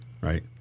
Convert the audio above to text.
right